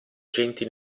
agenti